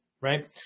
right